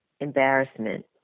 embarrassment